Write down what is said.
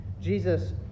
Jesus